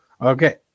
Okay